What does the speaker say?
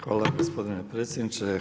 Hvala gospodine predsjedniče.